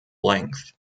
length